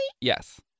Yes